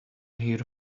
here